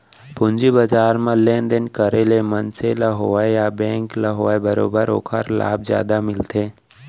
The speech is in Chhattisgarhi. पूंजी बजार म लेन देन करे ले मनसे ल होवय या बेंक ल होवय बरोबर ओखर लाभ जादा मिलथे